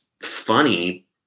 funny